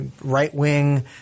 right-wing